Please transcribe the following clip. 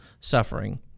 suffering